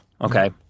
okay